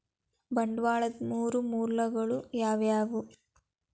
ಬಂಡವಾಳದ್ ಮೂರ್ ಮೂಲಗಳು ಯಾವವ್ಯಾವು?